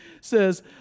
says